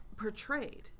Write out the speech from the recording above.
portrayed